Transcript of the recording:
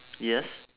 yes